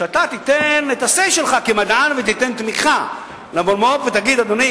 שאתה תיתן את ה-say שלך כמדען ותיתן תמיכה למולמו"פ ותגיד: אדוני,